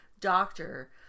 doctor